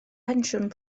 pensiwn